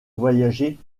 voyager